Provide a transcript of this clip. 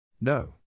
No